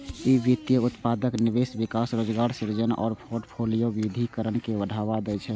ई वित्तीय उत्पादक निवेश, विकास, रोजगार सृजन आ फोर्टफोलियो विविधीकरण के बढ़ावा दै छै